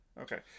Okay